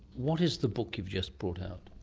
what is the book you've just brought out?